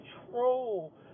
control